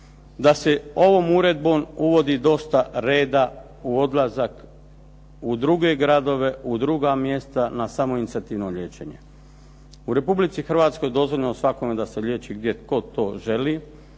da se ovom uredbom uvodi dosta reda u odlazak u druge gradove, u druga mjesta, na samoinicijativno liječenje. U Republici Hrvatskoj dozvoljeno je svakome da se liječi gdje tko to želi,